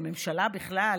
בממשלה בכלל,